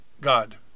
God